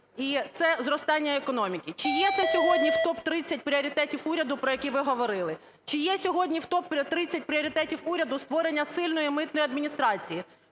і це зростання економіки. Чи є це сьогодні в топ-30 пріоритетів уряду, про які ви говорили? Чи є сьогодні в топ-30 пріоритетів уряду створення сильної митної адміністрації?